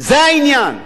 זה העניין.